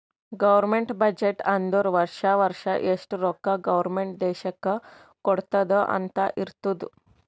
government budget ಅಂದುರ್ ವರ್ಷಾ ವರ್ಷಾ ಎಷ್ಟ ರೊಕ್ಕಾ ಗೌರ್ಮೆಂಟ್ ದೇಶ್ಕ್ ಕೊಡ್ತುದ್ ಅಂತ್ ಇರ್ತುದ್